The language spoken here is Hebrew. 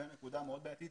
זו נקודה מאוד בעייתית.